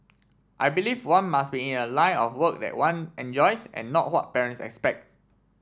I believe one must be in a line of work that one enjoys and not what parents expect